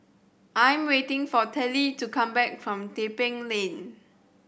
I am waiting for Tillie to come back from Tebing Lane